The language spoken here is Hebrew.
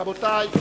רבותי,